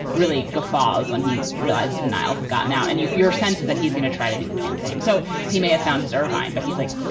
really guffaws when he realizes niles has gotten out and your your senses that he's going to try to do the same thing. so he may have found his ervine, but he's like,